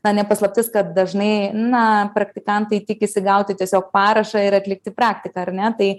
na ne paslaptis kad dažnai na praktikantai tikisi gauti tiesiog parašą ir atlikti praktiką ar ne tai